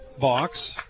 box